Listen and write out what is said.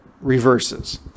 reverses